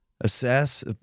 assess